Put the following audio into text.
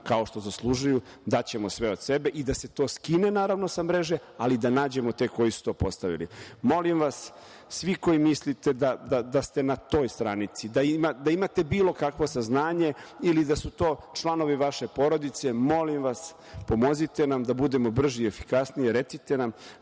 kao što zaslužuju, daćemo sve od sebe i da se to skine, naravno, sa mreže, ali i da nađemo te koji su to postavili. Molim vas, svi koji mislite da ste na toj stranici, da imate bilo kakvo saznanje ili da su to članovi vaše porodice, molim vas pomozite nam da budemo brži i efikasniji, recite nam,